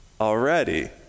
already